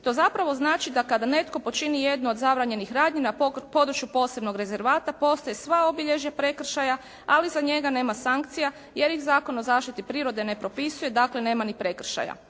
To zapravo znači da kada netko počini jednu od zabranjenih radnji na području posebnog rezervata, postoje sva obilježja prekršaja, ali za njega nema sankcija jer ih Zakon o zaštiti prirode ne propisuje, dakle nema ni prekršaja.